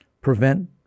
prevent